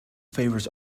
favours